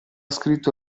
scritto